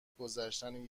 گذشتن